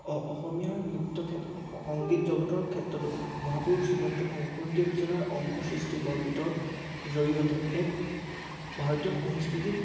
অ অসমীয়াৰ নৃত্য সংগীত জগতৰ ক্ষেত্ৰতো মহাপুৰুষ শ্ৰীমন্ত শংকৰদেৱজনাৰ অমৰ সৃষ্টি বৰগীতৰ জৰিয়তে এক ভাৰতীয় সংস্কৃতিত